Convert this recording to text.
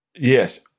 Yes